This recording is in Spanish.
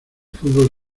fútbol